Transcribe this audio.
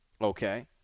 Okay